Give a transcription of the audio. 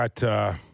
got